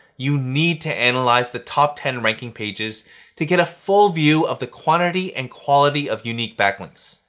you need to analyze the top ten ranking pages to get a full view of the quantity and quality of unique backlinks.